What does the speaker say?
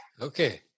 Okay